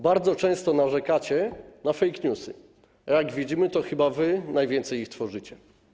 Bardzo często narzekacie na fake newsy, a jak widzimy, to chyba wy najwięcej ich tworzycie.